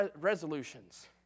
resolutions